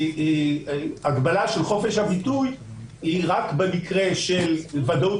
הגבלה של חופש הביטוי היא רק במקרה של ודאות